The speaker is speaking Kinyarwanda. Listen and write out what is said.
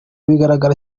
bigaragara